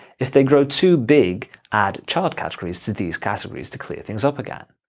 if they grow too big, add child categories to these categories, to clear things up again.